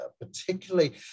particularly